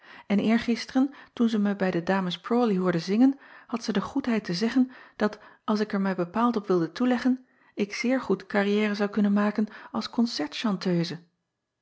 en eergisteren toen zij mij bij de acob van ennep laasje evenster delen ames rawley hoorde zingen had zij de goedheid te zeggen dat als ik er mij bepaald op wilde toeleggen ik zeer goed carrière zou kunnen maken als